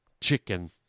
chicken